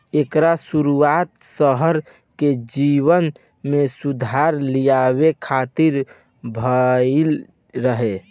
एकर शुरुआत शहर के जीवन में सुधार लियावे खातिर भइल रहे